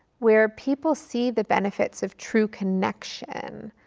where people see the benefits of true connection,